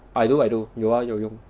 I do I do 有啊有有